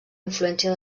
influència